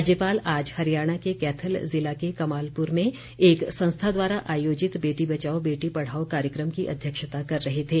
राज्यपाल आज हरियाणा के कैथल जिला के कमालपुर में एक संस्था द्वारा आयोजित बेटी बचाओ बेटी पढ़ाओ कार्यक्रम की अध्यक्षता कर रहे थे